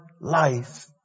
life